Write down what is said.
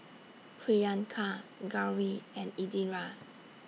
Priyanka Gauri and Indira